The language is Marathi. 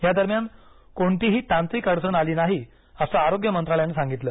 या दरम्यान कोणतीही तांत्रिक अडचण आली नाही असं आरोग्य मंत्रालयानं सांगितलं